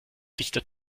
dichter